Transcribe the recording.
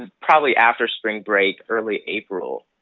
ah probably after spring break, early april.